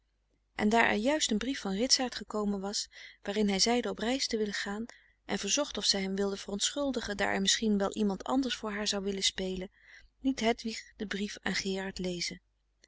en daar er juist een brief van ritsaart gekomen was waarin hij zeide op reis te willen gaan en verzocht of zij hem wilde verontschuldigen daar er misschien wel iemand anders voor haar zou willen spelen liet hedwig dien brief aan gerard lezen